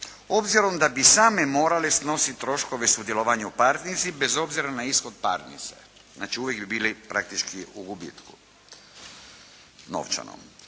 obzirom da bi same morale snositi troškove sudjelovanja u parnici bez obzira na ishod parnice. Znači, uvijek bi bili praktički u gubitku novčanom.